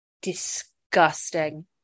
disgusting